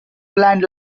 blind